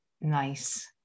nice